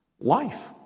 life